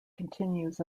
continues